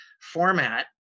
format